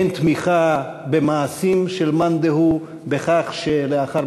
אין תמיכה במעשים של מאן דהוא בכך שלאחר